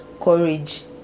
courage